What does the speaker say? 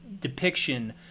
depiction